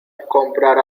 comprar